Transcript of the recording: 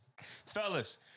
Fellas